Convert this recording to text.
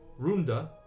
Runda